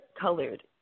colored